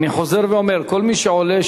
אני חוזר ואומר: כל מי שעולה,